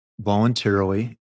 voluntarily